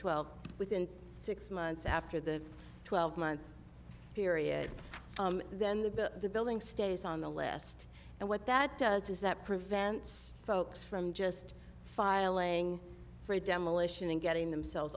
twelve within six months after the twelve month period then the building stays on the list and what that does is that prevents folks from just filing for demolition and getting themselves